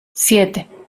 siete